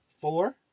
four